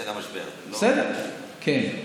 זה יחסית למשבר ולא, בסדר, כן,